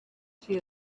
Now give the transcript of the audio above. she